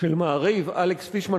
של "מעריב"; אלכס פישמן,